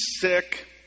sick